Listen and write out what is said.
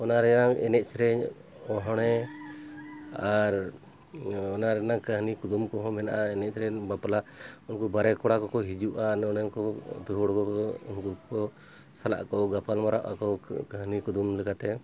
ᱚᱱᱟ ᱨᱮᱭᱟᱜ ᱮᱱᱮᱡ ᱥᱮᱨᱮᱧ ᱦᱚᱲᱮ ᱟᱨ ᱚᱱᱟ ᱨᱮᱱᱟᱜ ᱠᱟᱹᱦᱱᱤ ᱠᱩᱫᱩᱢ ᱠᱚᱦᱚᱸ ᱢᱮᱱᱟᱜᱼᱟ ᱱᱤᱛᱨᱮᱱ ᱵᱟᱯᱞᱟ ᱩᱱᱠᱩ ᱵᱟᱨᱦᱮ ᱠᱚᱲᱟ ᱠᱚᱠᱚ ᱦᱤᱡᱩᱜᱼᱟ ᱱᱚᱸᱰᱮ ᱠᱚ ᱟᱛᱳ ᱦᱚᱲ ᱠᱚ ᱩᱱᱠᱩ ᱠᱚ ᱥᱟᱞᱟᱜ ᱠᱚ ᱜᱟᱯᱟᱞᱢᱟᱨᱟᱜ ᱟᱠᱚ ᱠᱟᱹᱦᱱᱤ ᱠᱩᱫᱩᱢ ᱞᱮᱠᱟᱛᱮ